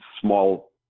small –